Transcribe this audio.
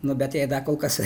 nu bet jai dar kol kas